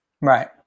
Right